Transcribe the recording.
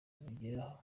kubigeraho